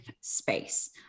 space